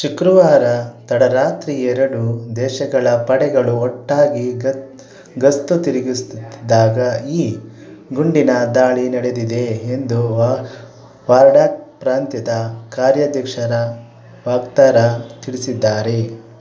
ಶುಕ್ರವಾರ ತಡರಾತ್ರಿ ಎರಡೂ ದೇಶಗಳ ಪಡೆಗಳು ಒಟ್ಟಾಗಿ ಗತ್ತು ಗಸ್ತು ತಿರುಗಿಸ್ತಿದ್ದಾಗ ಈ ಗುಂಡಿನ ದಾಳಿ ನಡೆದಿದೆ ಎಂದು ವಾರ್ಡಕ್ ಪ್ರಾಂತ್ಯದ ಕಾರ್ಯಾಧ್ಯಕ್ಷರ ವಕ್ತಾರ ತಿಳಿಸಿದ್ದಾರೆ